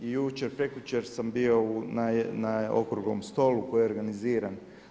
I jučer, prekjučer sam bio na okruglom stolu koji je organiziran.